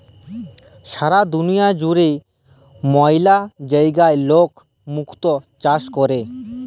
সারা দুলিয়া জুড়ে ম্যালা জায়গায় লক মুক্ত চাষ ক্যরে